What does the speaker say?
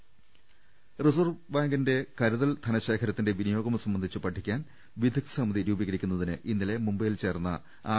രംഭട്ട്ട്ട്ട്ട്ട്ട്ട്ട reserve ബാങ്കിന്റെ കരുതൽ ധനശേഖരത്തിന്റെ വിനിയോഗം സംബ ന്ധിച്ച് പഠിക്കാൻ വിദഗ്ദ്ധ സമിതി രൂപീകരിക്കുന്നതിന് ഇന്നലെ മുംബൈ യിൽ ചേർന്ന ആർ